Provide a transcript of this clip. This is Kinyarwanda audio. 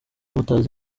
mutazi